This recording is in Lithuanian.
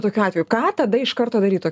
tokiu atveju ką tada iš karto daryt to